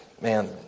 man